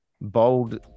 bold